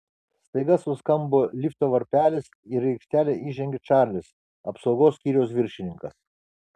staiga suskambo lifto varpelis ir į aikštelę įžengė čarlis apsaugos skyriaus viršininkas